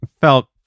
felt